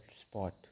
spot